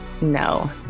No